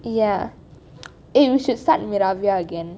ya eh we should start meravia again